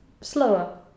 slower